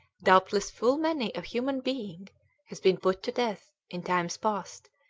doubtless full many a human being has been put to death, in times past,